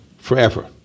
forever